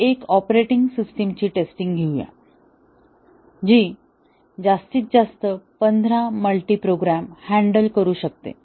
आपण एक ऑपरेटिंग सिस्टीमची टेस्टिंग घेऊया जी जास्तीत जास्त पंधरा मल्टीप्रोग्राम हॅन्डल करू शकते